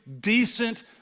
decent